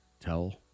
Tell